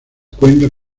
cuenta